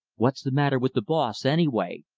what's the matter with the boss, anyway?